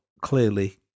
clearly